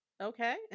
Okay